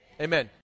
Amen